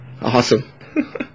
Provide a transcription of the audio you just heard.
Awesome